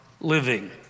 living